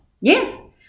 Yes